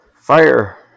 Fire